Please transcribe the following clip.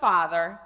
Father